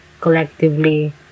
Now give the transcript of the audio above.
collectively